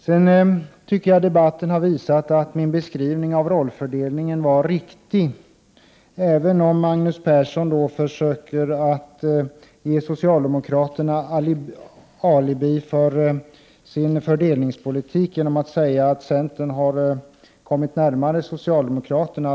Sedan tycker jag att debatten har visat att min beskrivning av rollfördelningen var riktig. Magnus Persson försöker ge socialdemokraterna alibi för sin fördelningspolitik genom att säga att centern har kommit närmare socialdemokraterna.